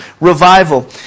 revival